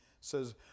says